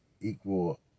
equal